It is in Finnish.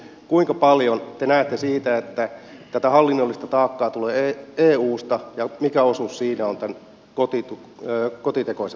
kuinka paljon te näette että tätä hallinnollista taakkaa tulee eusta ja mikä osuus siitä on tällä kotitekoisella hallinnollisella taakalla